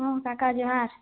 ହଁ କାକା ଜୁହାର